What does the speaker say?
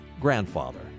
grandfather